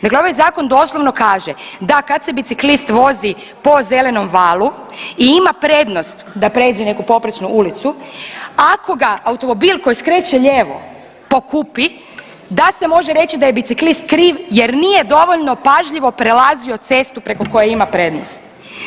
Dakle, ovaj zakon doslovno kaže da kad se biciklist vozi po zelenom valu i ima prednost da pređe neku poprečnu ulicu ako ga automobil koji skreće lijevo pokupi da se može reći da je biciklist kriv jer nije dovoljno pažljivo prelazio cestu preko koje ima prednost.